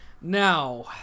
Now